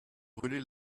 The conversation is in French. brûler